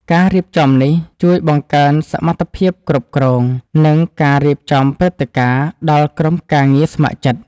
ការរៀបចំនេះជួយបង្កើនសមត្ថភាពគ្រប់គ្រង និងការរៀបចំព្រឹត្តិការណ៍ដល់ក្រុមការងារស្ម័គ្រចិត្ត។